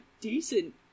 decent